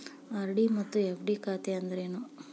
RD ಮತ್ತ FD ಖಾತೆ ಅಂದ್ರೇನು